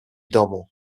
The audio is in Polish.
domu